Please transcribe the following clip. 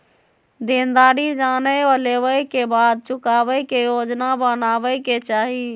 देनदारी जाने लेवे के बाद चुकावे के योजना बनावे के चाहि